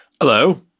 Hello